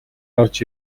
орж